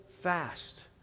fast